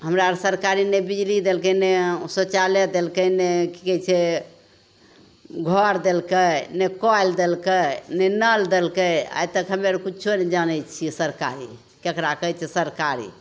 हमरा आओर सरकारी नहि बिजली देलकै नहि शौचालय देलकै नहि कि कहै छै घर देलकै नहि कल देलकै नहि नल देलकै आइ तक हमे आओर किछु नहि जानै छिए सरकारी ककरा कहै छै सरकारी